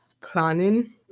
planning